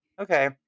okay